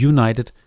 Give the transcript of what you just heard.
United